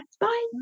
Bye